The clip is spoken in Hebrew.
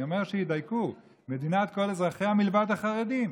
אני אומר שידייקו: מדינת כל אזרחיה מלבד החרדים,